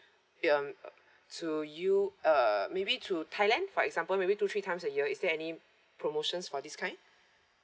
um to you err maybe to thailand for example maybe two three times a year is there any promotions for this kind